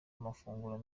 amafunguro